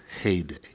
heyday